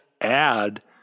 add